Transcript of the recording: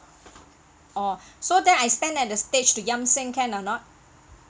oh so then I stand at the stage to yam seng can or not